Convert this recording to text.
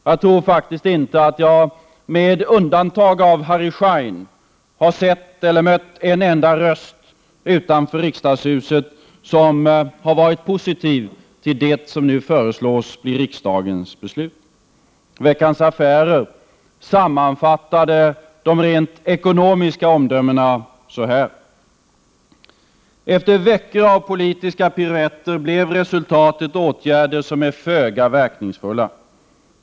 Jag tror faktiskt inte att jag, med undantag av Harry Schein, har sett eller mött en enda röst utanför riksdagshuset som har varit positiv till det som nu föreslås bli riksdagens beslut. Veckans Affärer sammanfattade de rent ekonomiska omdömena enligt följande: ”Efter veckor av politiska piruetter blev resultatet åtgärder som är föga verkningsfulla.